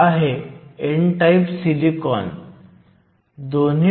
तर तुमच्याकडे n क्षेत्र आहे आणि तुमच्याकडे p प्रदेश आहे